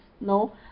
no